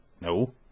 No